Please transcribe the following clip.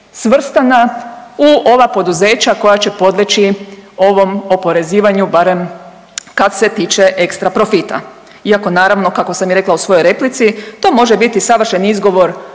svrstana u ova poduzeća koja će podleći ovom oporezivanju barem kad se tiče ekstra profita iako naravno kako sam i rekla u svojoj replici to može biti savršen izgovor